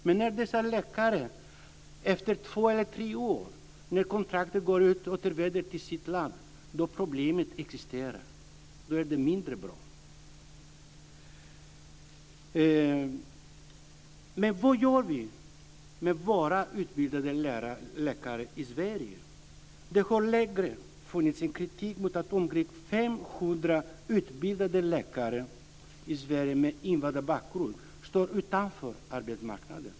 Men när dessa läkare efter två eller tre år, när kontraktet går ut, återvänder till sitt land finns problemet kvar. Det är mindre bra. Men vad gör vi med våra utbildade läkare i Sverige? Det har länge funnits en kritik mot att det finns omkring 500 utbildade läkare i Sverige med invandrarbakgrund som står utanför arbetsmarknaden.